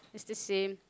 it's the same